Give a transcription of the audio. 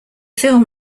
film